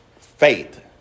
faith